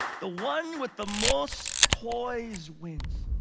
the one with the most toys wins.